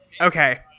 Okay